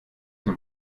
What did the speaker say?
dann